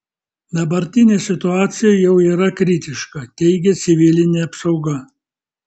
dabartinė situacija jau yra kritiška teigia civilinė apsauga